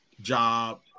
job